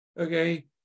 okay